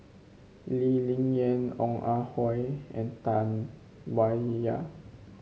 Lee Ling Yen Ong Ah Hoi and Tam Wai Ya